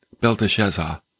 Belteshazzar